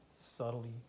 subtly